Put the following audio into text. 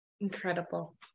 Incredible